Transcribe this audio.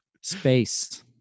Space